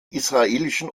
israelischen